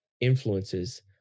influences